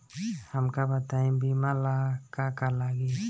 हमका बताई बीमा ला का का लागी?